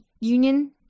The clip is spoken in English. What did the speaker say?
Union